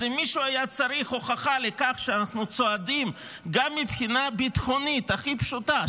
אז אם מישהו היה צריך הוכחה לכך שגם מבחינה ביטחונית הכי פשוטה,